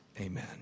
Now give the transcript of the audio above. Amen